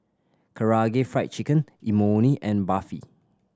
Karaage Fried Chicken Imoni and Barfi